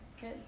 Good